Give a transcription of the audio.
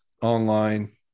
online